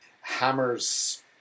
Hammers